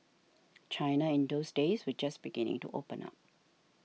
China in those days was just beginning to open up